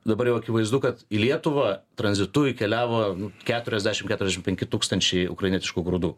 dabar jau akivaizdu kad į lietuvą tranzitu įkeliavo keturiasdešimt keturiasdešimt penki tūkstančiai ukrainietiškų grūdų